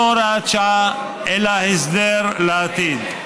לא הוראת שעה אלא הסדר לעתיד.